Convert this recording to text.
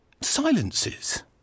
silences